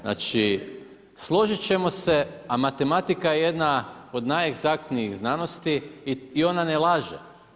Znači, složiti ćemo se, a matematika je jedna od najegzaktnijih znanosti i ona ne laže.